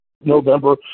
November